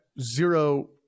zero